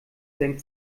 senkt